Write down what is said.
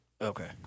okay